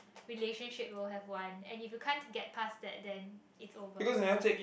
relationship will have one and if you can't that past then is over sort of